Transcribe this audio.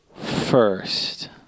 First